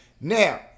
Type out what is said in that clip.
Now